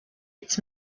its